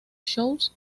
shows